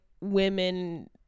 women